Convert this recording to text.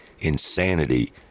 insanity